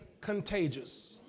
contagious